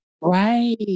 Right